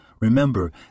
Remember